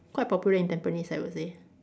quite popular in Tampines I would say